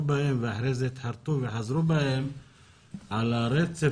בהן ואחר כך התחרטו וחזרו בהם על הרצף,